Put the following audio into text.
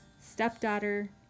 stepdaughter